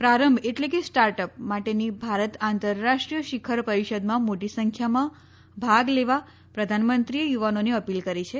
પ્રારંભ એટલે કે સ્ટાર્ટ અપ માટેની ભારત આંતરરાષ્ટ્રીમાય શિખર પરિષદમાં મોટી સંખ્યામાં ભાગ લેવા પ્રધાનમંત્રીએ યુવાનોને અપીલ કરી છે